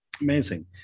Amazing